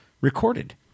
recorded